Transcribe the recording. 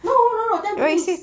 no no no tampines